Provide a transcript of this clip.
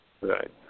Right